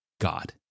God